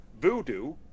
Voodoo